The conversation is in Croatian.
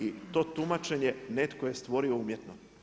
I to tumačenje netko je stvorio umjetno.